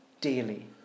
daily